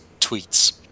tweets